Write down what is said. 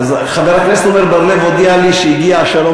חבר הכנסת עמר בר-לב הודיע לי שהגיע השלום,